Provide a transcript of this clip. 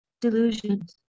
delusions